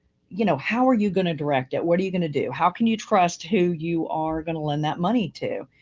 you know, how are you going to direct it? what are you going to do? how can you trust who you are going to lend that money to?